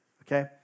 okay